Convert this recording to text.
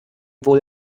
wohl